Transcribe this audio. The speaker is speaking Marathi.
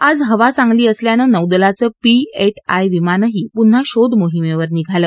आज हवा चांगली असल्यानं नौदलाचं पी एट आय विमानही पुन्हा शोध मोहीमेवर निघेल